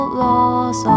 laws